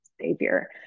savior